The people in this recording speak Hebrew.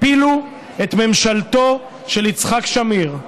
הפילו את ממשלתו של יצחק שמיר.